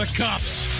ah cops